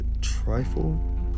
trifle